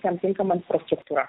tam tinkama struktūra